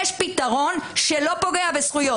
יש פתרון שלא פוגע בזכויות.